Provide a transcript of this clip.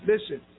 Listen